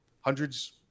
hundreds